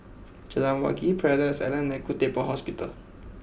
Jalan Wangi Paradise Island and Khoo Teck Puat Hospital